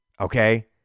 okay